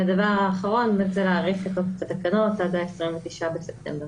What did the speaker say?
והדבר האחרון, להאריך את התקנות עד ה-29 בספטמבר.